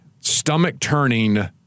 stomach-turning